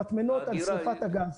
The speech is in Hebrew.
היא לא רוצה לשלם למטמנות על שריפת הגז.